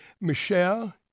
Michelle